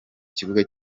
kibuga